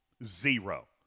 Zero